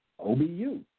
OBU